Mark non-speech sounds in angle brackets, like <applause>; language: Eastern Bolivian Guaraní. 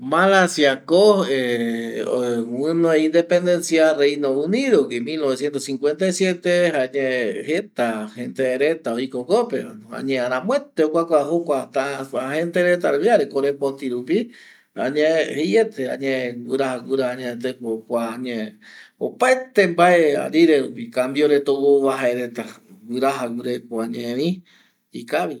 Malasia ko <hesitation> guɨnoi dependencia reino unido gui mil noveciento cincuentai siete jayae jeta gente reta oiko jokope va no, añae aramoete okuakua jokua ta, gente reta rupi jare korepoti rupi añae jeiete añae guɨraja guɨra añae teko kua añae opaete mbae arire rupi kambio reta ou ou va jae reta guɨraja guɨreko añae vi ikavi